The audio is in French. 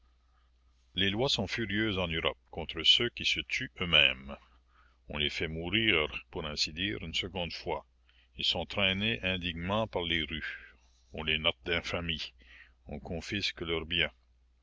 es lois sont furieuses en europe contre ceux qui se tuent eux-mêmes on les fait mourir pour ainsi dire une seconde fois ils sont traînés indignement par les rues on les note d'infamie on confisque leurs biens